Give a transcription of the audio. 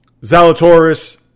Zalatoris